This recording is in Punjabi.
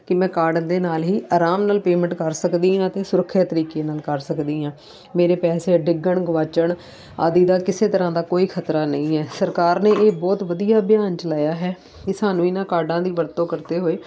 ਕਿ ਮੈਂ ਕਾਰਡ ਦੇ ਨਾਲ ਹੀ ਆਰਾਮ ਨਾਲ ਪੇਮੈਂਟ ਕਰ ਸਕਦੀ ਹਾਂ ਅਤੇ ਸੁਰੱਖਿਅਤ ਤਰੀਕੇ ਨਾਲ ਕਰ ਸਕਦੀ ਹਾਂ ਮੇਰੇ ਪੈਸੇ ਡਿੱਗਣ ਗਵਾਚਣ ਆਦਿ ਦਾ ਕਿਸੇ ਤਰ੍ਹਾਂ ਦਾ ਕੋਈ ਖਤਰਾ ਨਹੀਂ ਹੈ ਸਰਕਾਰ ਨੇ ਇਹ ਬਹੁਤ ਵਧੀਆ ਅਭਿਆਨ ਚਲਾਇਆ ਹੈ ਇਹ ਸਾਨੂੰ ਇਹਨਾਂ ਕਾਰਡਾਂ ਦੀ ਵਰਤੋਂ ਕਰਦੇ ਹੋਏ